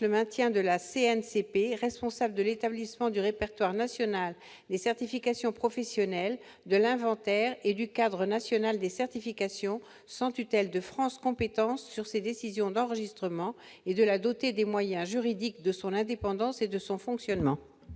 le maintien de la CNCP, qui est responsable de l'établissement du répertoire national des certifications professionnelles, de l'inventaire et du cadre national des certifications, sans tutelle de France compétences sur ses décisions d'enregistrement ; nous souhaitons en outre la doter des moyens juridiques de son indépendance et de son fonctionnement.